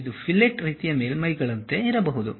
ಇದು ಫಿಲೆಟ್ ರೀತಿಯ ಮೇಲ್ಮೈಗಳಂತೆ ಇರಬಹುದು